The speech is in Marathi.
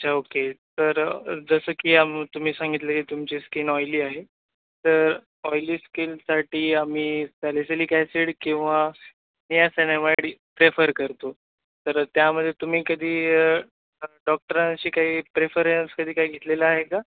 अच्छा ओके तर जसं की आम तुम्ही सांगितलं की तुमची स्किन ऑईली आहे तर ऑईली स्किनसाठी आम्ही सॅलिसिलिक ऍसिड किंवा नियासनामाइड प्रेफर करतो तर त्यामध्ये तुम्ही कधी डॉक्टरांशी काही प्रेफरन्स कधी काही घेतलेला आहे का